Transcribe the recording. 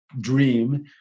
Dream